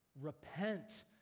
Repent